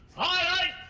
i